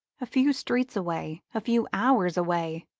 a few streets away, a few hours away,